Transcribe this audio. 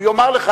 הוא יאמר לך,